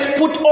put